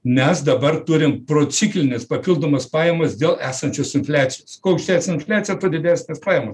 mes dabar turim prociklines papildomas pajamas dėl esančios infliacijos kuo didesnė infliacija tuo didesnės pajamos